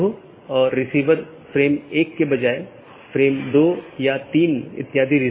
यह open update अधिसूचना और जीवित इत्यादि हैं